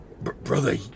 Brother